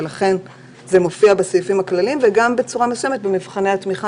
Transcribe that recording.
לכן זה מופיע בסעיפים הכלליים וגם בצורה מסוימת במבחני התמיכה,